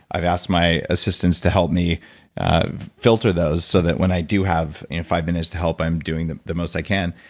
i've asked my assistants to help me filter those, so that, when i do have five minutes to help, i'm doing the the most i can.